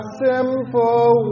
simple